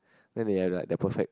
then they have like the perfect